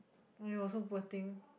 !aiyo! so poor thing